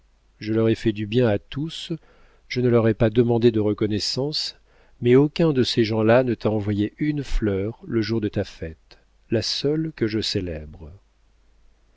je leur ai fait du bien à tous je ne leur ai pas demandé de reconnaissance mais aucun de ces gens-là ne t'a envoyé une fleur le jour de ta fête la seule que je